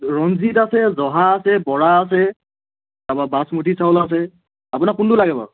ৰঞ্জিত আছে জহা আছে বৰা আছে তাৰপৰা বাছমতি চাউল আছে আপোনাক কোনটো লাগে বাৰু